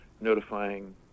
notifying